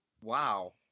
Wow